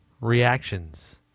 reactions